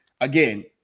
again